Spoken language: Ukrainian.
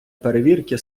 перевірки